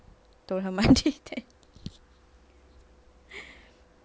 don't then